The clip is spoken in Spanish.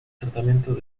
tratamientos